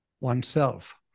oneself